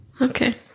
Okay